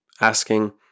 Asking